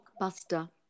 Blockbuster